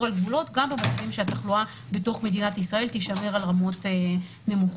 על הגבולות גם במקרים שהתחלואה בתוך מדינת ישראל תישמר על רמות נמוכות.